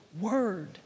word